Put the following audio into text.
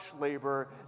labor